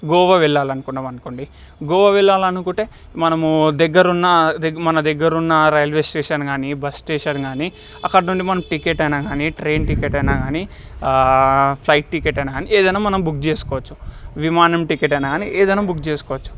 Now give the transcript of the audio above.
గోవా వెళ్ళనుకున్నాం అనుకోండి గోవా వెళ్ళాలనుకుంటే మనము దగ్గరున్న మన దగ్గరున్న రైల్వే స్టేషన్ కాని బస్ స్టేషన్ కాని అక్కడి నుండి మనం టికెట్ అయినా కాని ట్రైన్ టికెట్ అయినా కాని ఫ్లైట్ టికెట్ అయినా కాని ఏదైనా మనం బుక్ చేసుకోవచ్చు విమానం టికెట్ అయినా కాని ఏదైనా బుక్ చేసుకోవచ్చు